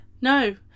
No